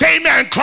Amen